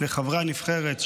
לחברי הנבחרת,